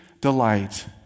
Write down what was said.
delight